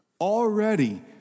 Already